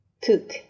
cook